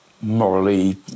morally